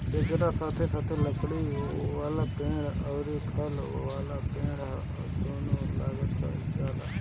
एकरा साथे साथे लकड़ी वाला पेड़ अउरी फल वाला पेड़ दूनो लगावल जाला